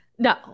No